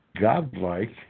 godlike